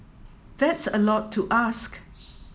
that's a lot to ask